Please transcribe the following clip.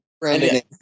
Brandon